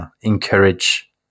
encourage